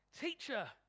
Teacher